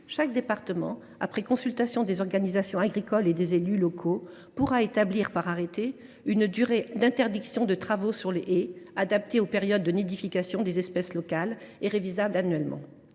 chaque département, après consultation des organisations agricoles et des élus locaux, pourra établir par arrêté une durée d’interdiction de travaux sur les haies, adaptée aux périodes de nidification des espèces locales et révisable annuellement,